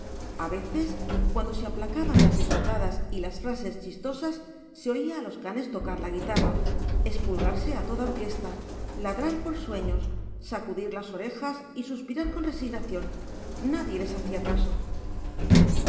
a veces cuando se aplacaban las risotadas y las frases chistosas se oía a los canes tocar la guitarra espulgarse a toda orquesta ladrar por sueños sacudir las orejas y suspirar con resignación nadie les hacía caso